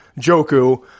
Joku